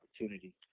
opportunity